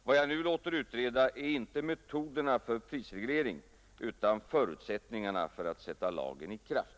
Vad jag nu låter utreda är inte metoderna för prisreglering utan förutsättningarna för att sätta lagen i kraft.